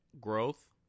growth